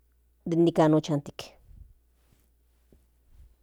Den nikan ochntoke.